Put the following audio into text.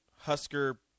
Husker